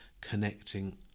connecting